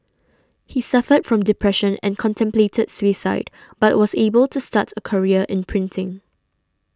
he suffered from depression and contemplated suicide but was able to start a career in printing